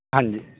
ਹਾਂਜੀ